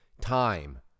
Time